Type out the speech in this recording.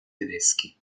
tedeschi